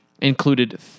included